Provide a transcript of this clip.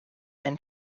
and